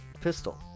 pistol